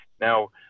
now